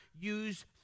use